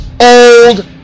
old